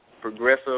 Progressive